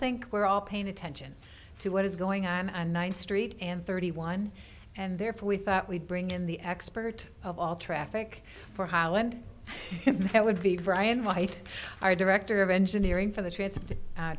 think we're all paying attention to what is going on on one street and thirty one and therefore we thought we'd bring in the expert of all traffic for holland that would be brian white our director of engineering for the tra